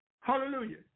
Hallelujah